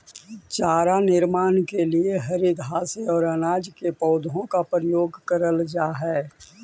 चारा निर्माण के लिए हरी घास और अनाज के पौधों का प्रयोग करल जा हई